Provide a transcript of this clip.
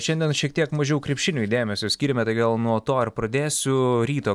šiandien šiek tiek mažiau krepšiniui dėmesio skyrėme tai gal nuo to ir pradėsiu ryto